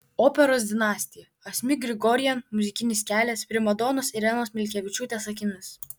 operos dinastija asmik grigorian muzikinis kelias primadonos irenos milkevičiūtės akimis